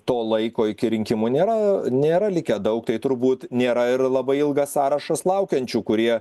to laiko iki rinkimų nėra nėra likę daug tai turbūt nėra ir labai ilgas sąrašas laukiančių kurie